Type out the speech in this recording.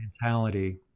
mentality